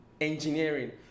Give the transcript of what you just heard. engineering